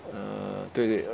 err 对对